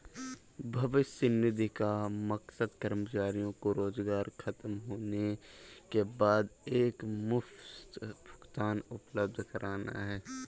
भविष्य निधि का मकसद कर्मचारियों को रोजगार ख़तम होने के बाद एकमुश्त भुगतान उपलब्ध कराना है